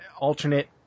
alternate